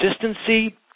consistency